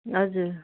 हजुर